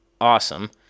awesome